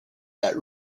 that